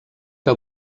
que